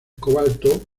cobalto